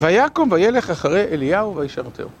ויקום וילך אחרי אליהו וישרתהו